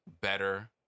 better